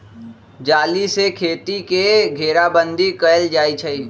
जाली से खेती के घेराबन्दी कएल जाइ छइ